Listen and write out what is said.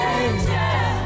angel